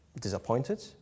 disappointed